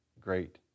great